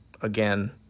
again